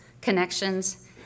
connections